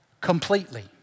completely